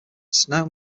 snow